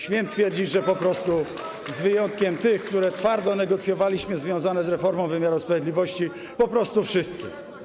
Śmiem twierdzić, że z wyjątkiem tych, które twardo negocjowaliśmy, które są związane z reformą wymiaru sprawiedliwości, po prostu wszystkie.